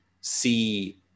see